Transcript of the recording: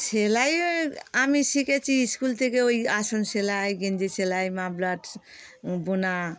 সেলাই ও আমি শিখেছি স্কুল থেকে ওই আসন সেলাই গেঞ্জি সেলাই মাফলার বোনা